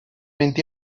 mynd